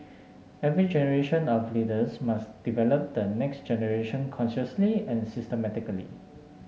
every generation of leaders must develop the next generation consciously and systematically